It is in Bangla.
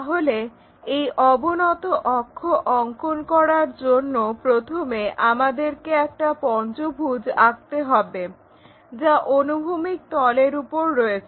তাহলে এই অবনত অক্ষ অঙ্কন করার জন্য প্রথমে আমাদেরকে একটা পঞ্চভুজ আঁকতে হবে যা অনুভূমিক তলের উপর রয়েছে